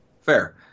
Fair